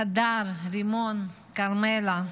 הדר, רימון, כרמלה.